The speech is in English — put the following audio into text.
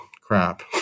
crap